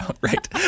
right